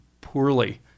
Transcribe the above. poorly